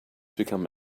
become